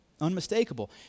unmistakable